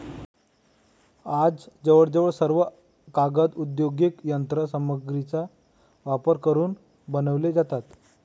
आज जवळजवळ सर्व कागद औद्योगिक यंत्र सामग्रीचा वापर करून बनवले जातात